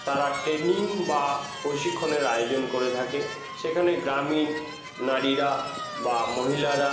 তারা ট্রেনিং বা প্রশিক্ষণের আয়োজন করে থাকে সেখানে গ্রামীণ নারীরা বা মহিলারা